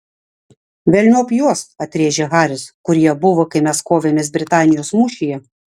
velniop juos atrėžė haris kur jie buvo kai mes kovėmės britanijos mūšyje